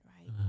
right